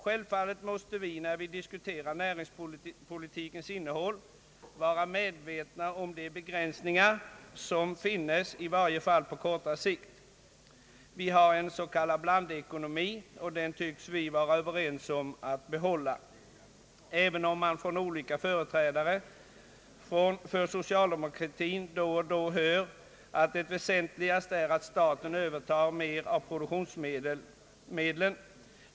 Självfallet måste vi, när vi diskuterar näringspolitikens innehåll, vara medvetna om de begränsningar som finnes, i varje fall på kortare sikt. Vi har en s.k. blandekonomi, och den tycks vi vara överens om att behålla, även om man från olika företrädare för socialdemokratin då och då hör att det väsentligaste är att staten övertar mer av produktionsmedlen.